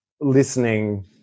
listening